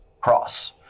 cross